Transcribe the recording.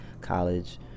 college